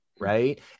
right